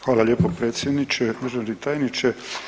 Hvala lijepo predsjedniče, državni tajniče.